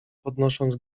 podnosząc